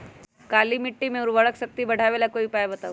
काली मिट्टी में उर्वरक शक्ति बढ़ावे ला कोई उपाय बताउ?